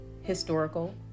historical